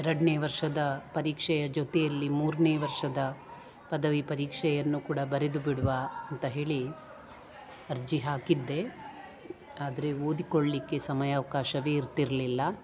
ಎರಡನೇ ವರ್ಷದ ಪರೀಕ್ಷೆಯ ಜೊತೆಯಲ್ಲಿ ಮೂರನೇ ವರ್ಷದ ಪದವಿ ಪರೀಕ್ಷೆಯನ್ನು ಕೂಡ ಬರೆದು ಬಿಡುವ ಅಂತ ಹೇಳಿ ಅರ್ಜಿ ಹಾಕಿದ್ದೆ ಆದರೆ ಓದಿಕ್ಕೊಳ್ಲಿಕ್ಕೆ ಸಮಯಾವ್ಕಾಶವೇ ಇರ್ತಿರಲಿಲ್ಲ